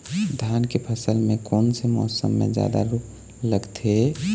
धान के फसल मे कोन से मौसम मे जादा रोग लगथे?